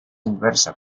inversa